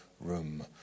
room